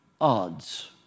odds